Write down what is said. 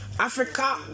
Africa